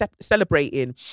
celebrating